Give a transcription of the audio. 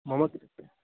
मम